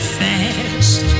fast